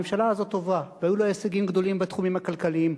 הממשלה הזאת טובה והיו לה הישגים גדולים בתחומים הכלכליים,